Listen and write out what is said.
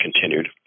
continued